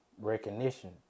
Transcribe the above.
recognition